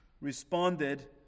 responded